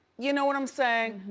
you know what i'm saying?